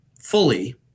fully